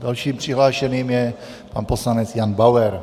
Dalším přihlášeným je pan poslanec Jan Bauer.